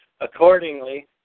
Accordingly